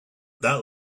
that